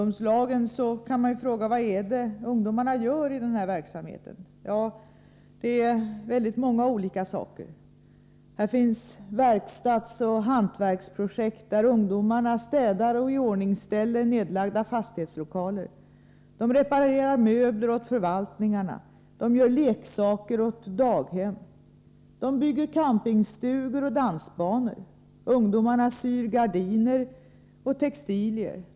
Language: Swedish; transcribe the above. Man kan fråga vad ungdomarna gör i ungdomslagen. Ja, det är väldigt många olika saker. Det förekommer verkstadsoch hantverksprojekt, där ungdomarna städar och iordningställer nedlagda fastighetslokaler. Ungdomarna reparerar möbler åt förvaltningar. De gör leksaker åt daghem. De bygger campingstugor och dansbanor. De syr gardiner och textilier.